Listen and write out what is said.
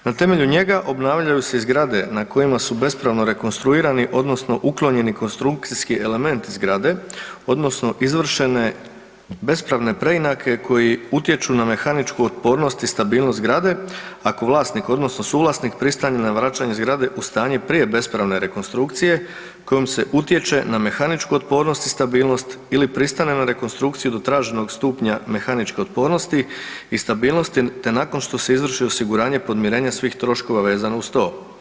Na temelju njega obnavljaju se i zgrade na kojima su bespravno rekonstruirani, odnosno uklonjeni konstrukcijski elementi zgrade, odnosno izvršene bespravne preinake koji utječu na mehaničku otpornost i stabilnost zgrade, ako vlasnik odnosno suvlasnik pristane na vraćanje zgrade u stanje prije bespravne rekonstrukcije kojom se utječe na mehaničku otpornost i stabilnost ili pristane na rekonstrukciju do traženog stupnja mehaničke otpornosti i stabilnosti, te nakon što se izvrši osiguranje podmirenja svih troškova vezano uz to.